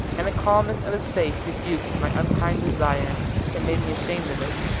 and the calmness of his face rebuked my unkind desire and made me ashamed of it.